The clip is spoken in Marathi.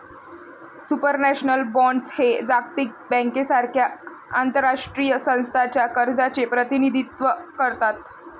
सुपरनॅशनल बॉण्ड्स हे जागतिक बँकेसारख्या आंतरराष्ट्रीय संस्थांच्या कर्जाचे प्रतिनिधित्व करतात